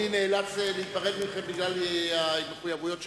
אני נאלץ להיפרד מכם בגלל מחויבויות שלי,